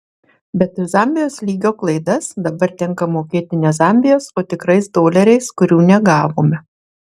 bet už zambijos lygio klaidas dabar tenka mokėti ne zambijos o tikrais doleriais kurių negavome